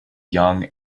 young